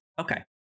Okay